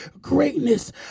greatness